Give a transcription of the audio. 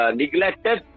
neglected